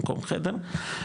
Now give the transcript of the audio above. במקום חדר,